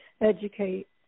educate